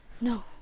No